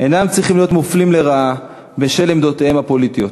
אינם צריכים להיות מופלים לרעה בשל עמדותיהם הפוליטיות,